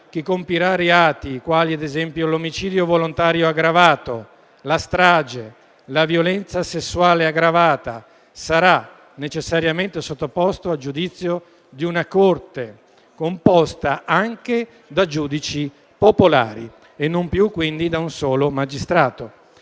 chi compirà reati quali ad esempio l'omicidio volontario aggravato, la strage o la violenza sessuale aggravata sarà necessariamente sottoposto al giudizio di una Corte composta anche da giudici popolari e non più quindi da un solo magistrato;